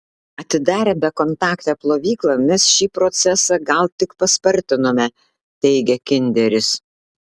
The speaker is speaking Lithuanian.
atidarę bekontaktę plovyklą mes šį procesą gal tik paspartinome teigia kinderis